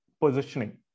positioning